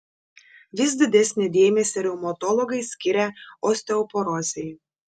vis didesnį dėmesį reumatologai skiria osteoporozei